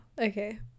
okay